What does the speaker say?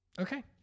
Okay